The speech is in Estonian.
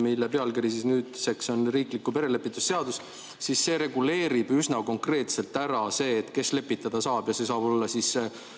mille pealkiri nüüdseks on riikliku perelepitusteenuse seadus, siis see reguleerib üsna konkreetselt ära selle, kes lepitada saab, ja see saab olla